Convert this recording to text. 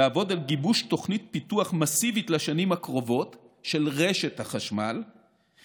לעבוד על גיבוש תוכנית פיתוח מסיבית של רשת החשמל לשנים הקרובות,